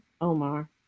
Omar